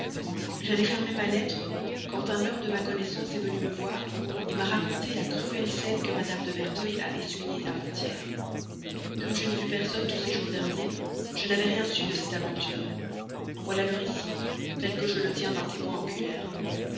j'allais fermer ma lettre quand un homme de ma connaissance est venu me voir m'a raconté la cruelle scène que madame de merteuil a essuyée avant-hier comme je n'ai vu personne tous ces jours derniers je n'en avais rien su jusqu'à ce moment en voilà le récit tel que je le tiens d'un témoin oculaire